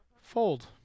fold